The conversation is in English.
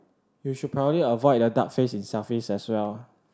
you should probably avoid the duck face in selfies as well